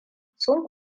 sun